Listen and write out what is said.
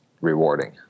rewarding